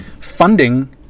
funding